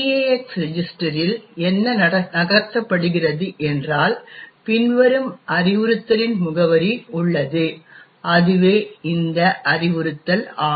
X ரெஜிஸ்டரில் என்ன நகர்த்தப்படுகிறது என்றால் பின்வரும் அறிவுறுத்தலின் முகவரி உள்ளது அதுவே இந்த அறிவுறுத்தல் ஆகும்